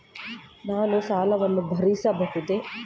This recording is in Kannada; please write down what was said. ನಾನು ಸಾಲವನ್ನು ಭರಿಸಬಹುದೇ?